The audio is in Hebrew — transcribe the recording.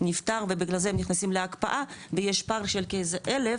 נפטר ובגלל זה נכנסים להקפאה ויש פער של כאיזה אלף,